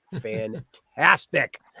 fantastic